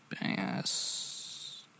bass